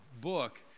book